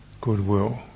goodwill